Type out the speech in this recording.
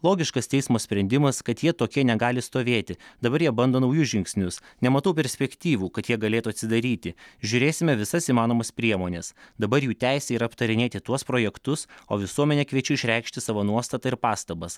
logiškas teismo sprendimas kad jie tokie negali stovėti dabar jie bando naujus žingsnius nematau perspektyvų kad jie galėtų atsidaryti žiūrėsime visas įmanomas priemones dabar jų teisė yra aptarinėti tuos projektus o visuomenę kviečiu išreikšti savo nuostatą ir pastabas